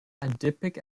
adipic